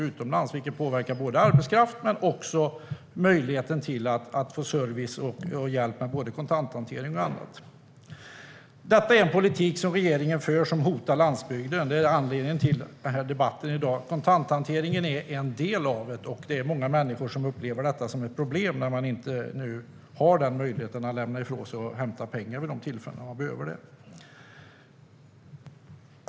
Detta skulle i sin tur påverka såväl arbetskraften som möjligheten att få service och hjälp med kontanthantering och annat. Den politik som regeringen för hotar landsbygden - det är anledningen till debatten i dag. Kontanthanteringen är en del av det hela, och många människor upplever det som ett problem när de nu inte har möjlighet att lämna ifrån sig och hämta pengar när de behöver det.